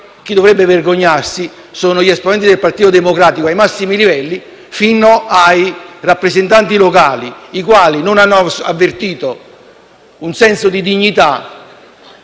chi dovrebbe vergognarsi sono gli esponenti del Partito Democratico ai massimi livelli, fino ai rappresentanti locali, che non hanno avvertito un senso di dignità